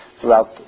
throughout